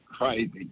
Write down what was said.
crazy